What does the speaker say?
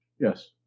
Yes